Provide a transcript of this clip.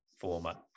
format